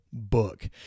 Book